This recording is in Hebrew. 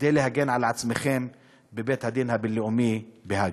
כדי להגן על עצמכם בבית-הדין הבין-לאומי בהאג.